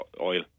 oil